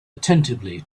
attentively